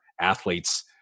athletes